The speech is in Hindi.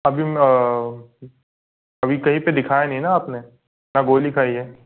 अभी में अभी कहीं पर दिखाया नहीं है न आपने न गोली खाई है